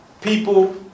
people